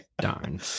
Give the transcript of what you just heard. Darn